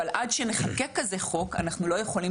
אבל עד שנחוקק כזה חוק אנחנו לא יכולים